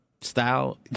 style